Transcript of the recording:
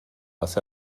was